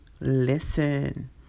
listen